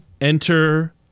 Enter